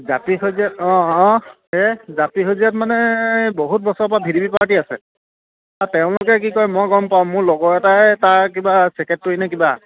জাপি সেউজীয়াত অঁ অঁ সেই জাপি সেউজীয়াত মানে বহুত বছৰ পৰা ভি ডি পি পাৰ্টী আছে তেওঁলোকে কি কৰে মই গম পাওঁ মোৰ লগৰ এটাই তাৰ কিবা ছেক্ৰেটেৰী নে কিবা